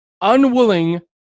unwilling